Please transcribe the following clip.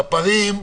ספרים.